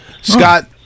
Scott